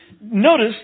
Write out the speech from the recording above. Notice